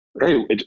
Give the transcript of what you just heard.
Hey